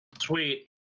Sweet